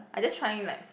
I just trying like